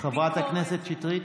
חברת הכנסת שטרית,